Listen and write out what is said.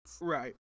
right